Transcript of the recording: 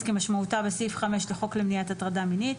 כמשמעותה בסעיף 5 לחוק למניעת ההטרדה מינית.